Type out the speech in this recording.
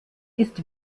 ist